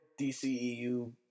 DCEU